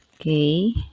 Okay